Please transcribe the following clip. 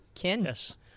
Yes